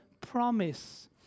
promise